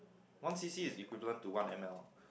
one C_C is equivalent to one M_L